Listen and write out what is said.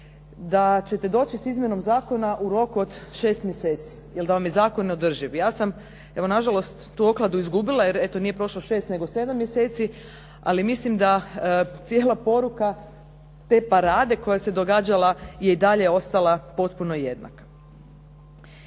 da ćete doći s izmjenom zakona u roku od 6 mjeseci, jer da vam je zakon neodrživ. Ja sam evo na žalost tu okladu izgubila jer eto nije prošlo nego 7 mjeseci, ali mislim da cijela poruka te parade koja se događala je i dalje ostala potpuno jednaka.